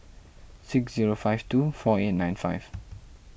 six zero five two four eight nine five